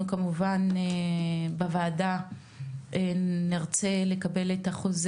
אנחנו כמובן בוועדה נרצה לקבל את ההסכם